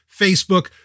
Facebook